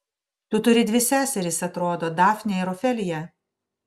tu turi dvi seseris atrodo dafnę ir ofeliją